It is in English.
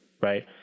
right